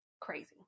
crazy